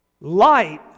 light